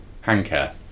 Hanker